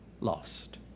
lost